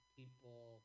people